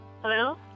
Hello